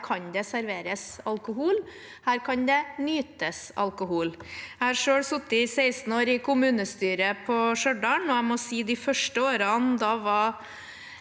der kan serveres alkohol og nytes alkohol. Jeg har selv sittet 16 år i kommunestyret i Stjørdal, og jeg må si at de første årene var